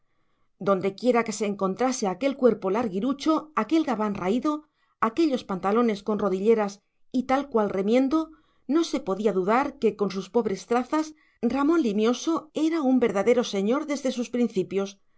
donde quiera que se encontrase aquel cuerpo larguirucho aquel gabán raído aquellos pantalones con rodilleras y tal cual remiendo no se podía dudar que con sus pobres trazas ramón limioso era un verdadero señor desde sus